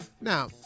now